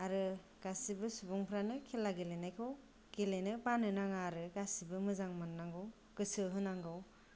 आरो गासिबो सुबुंफ्रानो खेला गेलेनायखौ गेलेनो बानो नाङा आरो गासिबो मोजां मोननांगौ गोसो होनांगौ